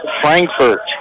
frankfurt